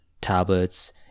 tablets